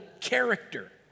character